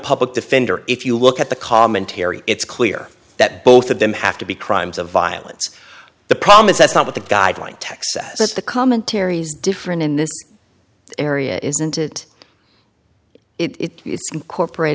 public defender if you look at the commentary it's clear that both of them have to be crimes of violence the problem is that's not what the guideline text says it's the commentaries different in this area isn't it it is corporate